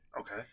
Okay